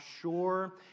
sure